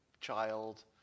child